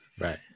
right